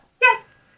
yes